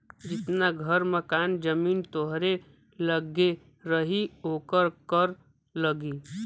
जितना घर मकान जमीन तोहरे लग्गे रही ओकर कर लगी